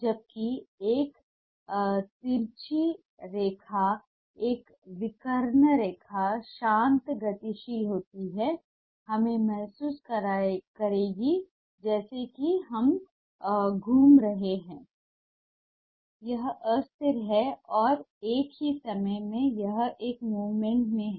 जबकि एक तिरछी रेखा एक विकर्ण रेखा शांत गतिशील होगी हम महसूस करेंगे जैसे कि यह घूम रहा है यह अस्थिर है और एक ही समय में यह एक मूवमेंट में है